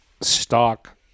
stock